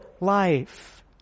life